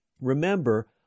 Remember